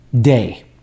Day